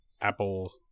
Apple